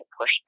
push